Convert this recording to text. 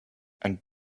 and